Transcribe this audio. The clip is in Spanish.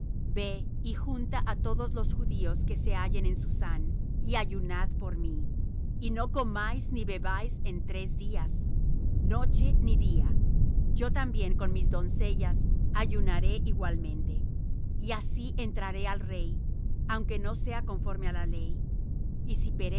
ve y junta á todos los judíos que se hallan en susán y ayunad por mí y no comáis ni bebáis en tres días noche ni día yo también con mis doncellas ayunaré igualmente y así entraré al rey aunque no sea conforme á la ley y si